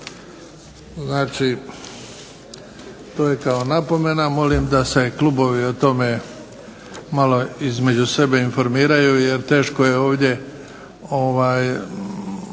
Ustav. To je kao napomena, molim da se klubovi o tome malo između sebe informiraju jer teško je ovdje, nekako